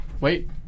wait